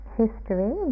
history